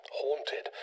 haunted